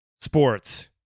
sports